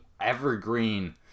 evergreen